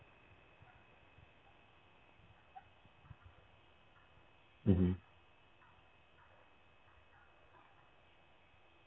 mmhmm